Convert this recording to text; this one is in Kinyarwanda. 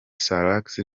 salax